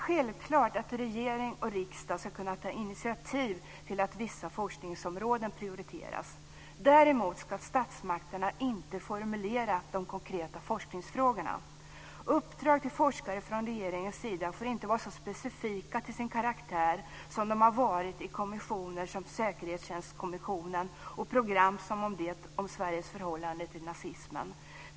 Självklart ska regering och riksdag kunna ta initiativ till att vissa forskningsområden prioriteras. Däremot ska statsmakterna inte formulera de konkreta forskningsfrågorna. Uppdrag till forskare från regeringens sida får inte vara så specifika till sin karaktär som de varit i kommissioner, t.ex. Säkerhetstjänstkommissionen, och i program som det om Sveriges förhållande till nazismen.